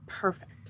perfect